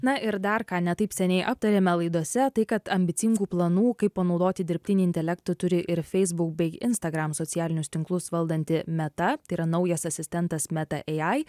na ir dar ką ne taip seniai aptarėme laidose tai kad ambicingų planų kaip panaudoti dirbtinį intelektą turi ir facebook bei instagram socialinius tinklus valdanti meta tai yra naujas asistentas meta ei ai